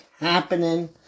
happening